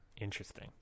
Interesting